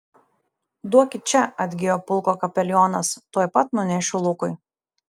duokit čia atgijo pulko kapelionas tuoj pat nunešiu lukui